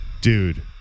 Dude